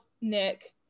Nick